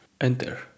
enter